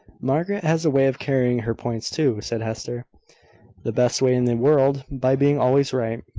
margaret has a way of carrying her points too, said hester the best way in the world by being always right.